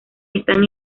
están